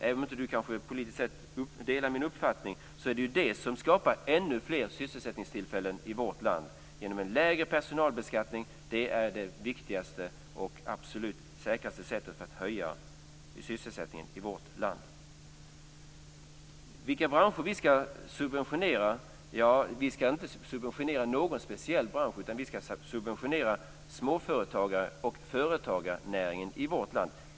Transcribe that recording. Även om han politiskt inte delar min uppfattning kan jag säga att det är en lägre personalbeskattning som skapar ännu fler sysselsättningstillfällen i vårt land. Det är det viktigaste och absolut säkraste sättet att höja sysselsättningen i vårt land. Per Rosengren frågade vilka branscher vi skall subventionera. Vi skall inte subventionera någon speciell bransch, utan vi skall subventionera småföretagare och företagarnäringen i vårt land.